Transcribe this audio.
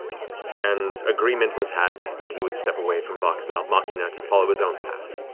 and agreement was had that he would step away from vox and um machina to follow his own path.